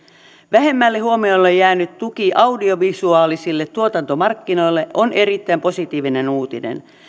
vähemmälle huomiolle jäänyt tuki audiovisuaalisille tuotantomarkkinoille on erittäin positiivinen uutinen